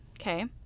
okay